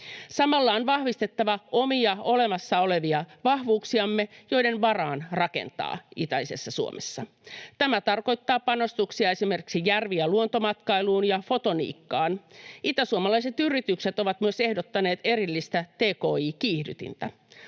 Samalla on vahvistettava omia olemassa olevia vahvuuksiamme, joiden varaan rakentaa itäisessä Suomessa. Tämä tarkoittaa panostuksia esimerkiksi järvi- ja luontomatkailuun ja fotoniikkaan. Itäsuomalaiset yritykset ovat myös ehdottaneet erillistä tki-kiihdytintä.